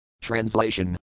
Translation